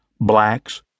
blacks